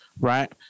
right